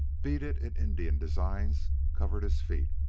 beaded in indian designs, covered his feet.